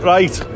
Right